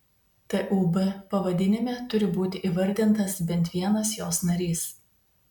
tūb pavadinime turi būti įvardintas bent vienas jos narys